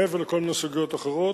מעבר לכל מיני סוגיות אחרות,